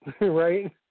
right